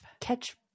catch